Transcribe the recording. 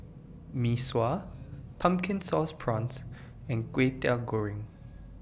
Mee Sua Pumpkin Sauce Prawns and Kwetiau Goreng